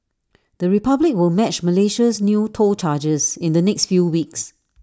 the republic will match Malaysia's new toll charges in the next few weeks